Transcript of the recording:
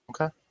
Okay